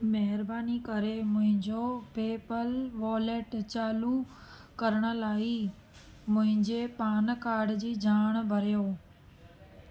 महिरबानी करे मुंहिंजो पेपल वॉलेट चालू करण लाइ मुंहिंजे पान कार्ड जी ॼाणु भरियो